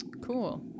Cool